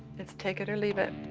it's take it or leave it.